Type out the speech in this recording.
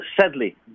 sadly